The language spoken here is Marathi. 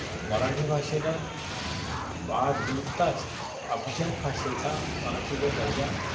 मराठी भाषेनं बा नुकताच अभिजात भाषेचा मराठीचा दर्जा